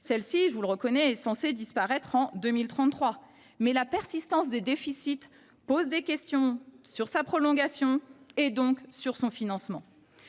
Celle ci, je le reconnais, est censée disparaître en 2033, mais la persistance des déficits conduit à s’interroger sur sa prolongation et donc, sur son financement.